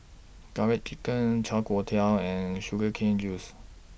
Garlic Chicken Chai Tow Kuay and Sugar Cane Juice